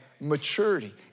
maturity